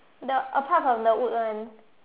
the apart from the wood one